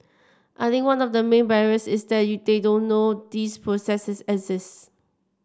I think one of the main barriers is that you they don't know these processes exist